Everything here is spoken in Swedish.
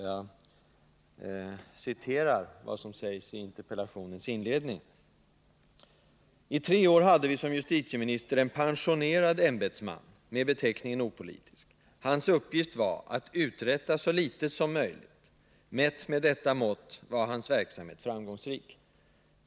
Jag citerar vad som sägs i interpellationens inledning: ”I tre år hade vi som justitieminister en pensionerad ämbetsman med beteckningen opolitisk. Hans uppgift var att uträtta så litet som möjligt. Mätt med detta mått var hans verksamhet framgångsrik.